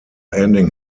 ending